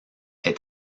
est